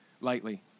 lightly